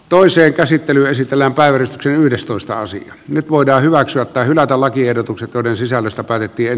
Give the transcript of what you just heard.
toisen käsittely esitellään väyrys yhdestoista nyt voidaan hyväksyä tai hylätä lakiehdotukset joiden sisällöstä päätettiin